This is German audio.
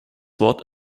wort